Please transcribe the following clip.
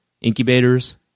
incubators